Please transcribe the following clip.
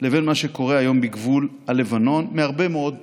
לבין מה שקורה היום בגבול הלבנון מהרבה מאוד בחינות,